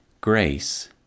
grace